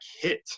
hit